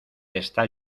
está